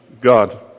God